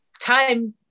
time